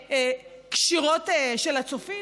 קשירות של הצופים?